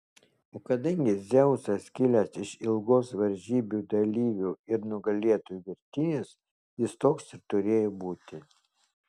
o kadangi dzeusas kilęs iš ilgos varžybų dalyvių ir nugalėtojų virtinės jis toks ir turėjo būti